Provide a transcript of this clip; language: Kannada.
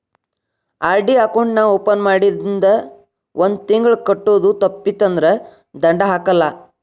ಆರ್.ಡಿ ಅಕೌಂಟ್ ನಾ ಓಪನ್ ಮಾಡಿಂದ ಒಂದ್ ತಿಂಗಳ ಕಟ್ಟೋದು ತಪ್ಪಿತಂದ್ರ ದಂಡಾ ಹಾಕಲ್ಲ